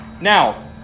Now